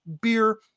beer